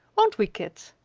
won't we, kit?